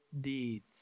deeds